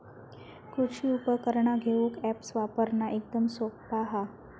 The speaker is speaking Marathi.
कृषि उपकरणा घेऊक अॅप्स वापरना एकदम सोप्पा हा